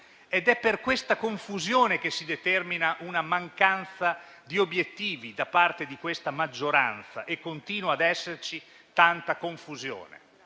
ed è per questa confusione che si determina una mancanza di obiettivi da parte di questa maggioranza e continua ad esserci tanta confusione.